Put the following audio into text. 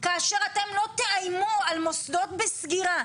כאשר אתם לא תאיימו על מוסדות בסגירה,